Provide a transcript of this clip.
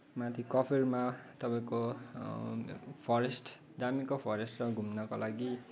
माथि कफेरमा तपाईँको फरेस्ट दामीको फरेस्ट छ घुम्नको लागि